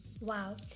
Wow